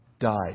died